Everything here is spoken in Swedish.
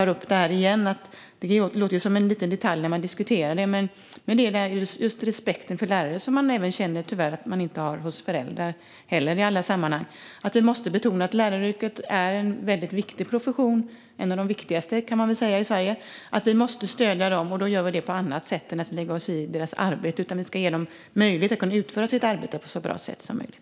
Det låter som en liten detalj när man diskuterar det, men just respekt för lärare känner man tyvärr att det inte heller finns hos föräldrar i alla sammanhang. Vi måste betona att läraryrket är en väldigt viktig profession, en av de viktigaste i Sverige kan vi väl säga, och att vi måste stödja lärarna. Men då gör vi det på annat sätt än genom att vi lägger oss i deras arbete. Vi ska ge dem möjlighet att utföra sitt arbete på ett så bra sätt som möjligt.